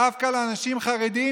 דווקא לאנשים חרדים,